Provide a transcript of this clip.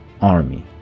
Army